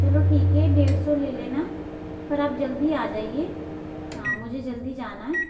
चलो ठीक है डेढ़ सौ ले लेना पर आप जल्दी आ जाइए हाँ मुझे जल्दी जाना है